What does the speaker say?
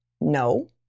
No